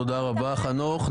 תודה רבה, חנוך.